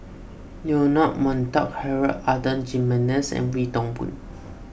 Leonard Montague Harrod Adan Jimenez and Wee Toon Boon